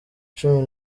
cumi